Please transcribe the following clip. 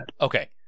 Okay